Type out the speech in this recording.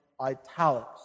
italics